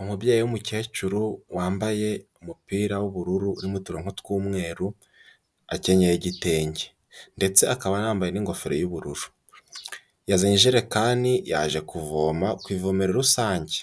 Umubyeyi w'umukecuru wambaye umupira w'ubururu urimo uturonko tw'umweru akenyeye igitenge ndetse akaba anambaye n'ingofero y'ubururu. Yazanye ijerekani yaje kuvoma ku ivome rusange